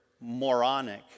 moronic